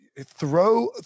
throw